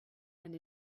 and